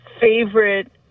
favorite